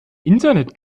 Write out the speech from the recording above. internet